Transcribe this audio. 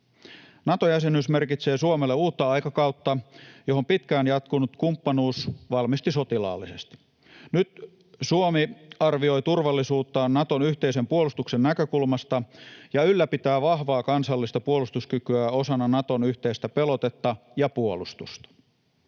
Nato-jäsenyys merkitsee Suomelle uutta aikakautta, johon pitkään jatkunut kumppanuus valmisti sotilaallisesti. Nyt Suomi arvioi turvallisuuttaan Naton yhteisen puolustuksen näkökulmasta ja ylläpitää vahvaa kansallista puolustuskykyä osana Naton yhteistä pelotetta ja puolustusta.